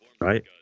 right